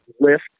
lift